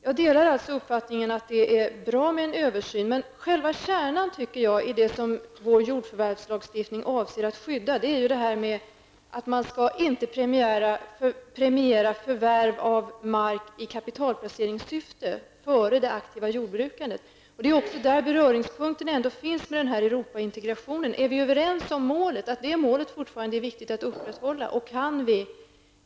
Jag delar uppfattningen att det är bra med en översyn, men själva kärnan i jordförvärvslagstiftningen är att förvärv av mark i kapitalplaceringssyfte inte skall premieras före det aktiva jordbruket. Det är också här beröringspunkten till Europaintegrationen finns. Är vi överens om att det fortfarande är viktigt att upprätthålla det målet?